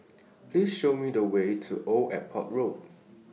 Please Show Me The Way to Old Airport Road